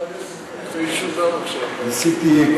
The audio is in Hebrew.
ניסיתי,